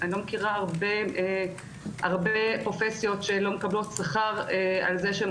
אני לא מכירה הרבה פרופסיות שלא מקבלות שכר על זה שהן